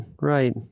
right